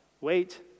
wait